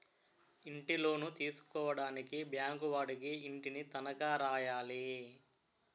ఇంటిలోను తీసుకోవడానికి బ్యాంకు వాడికి ఇంటిని తనఖా రాయాలి